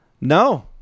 No